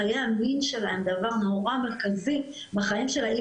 חיי המין שלהם דבר מאוד מרכזי בחיים שלהם,